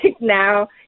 now